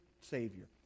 Savior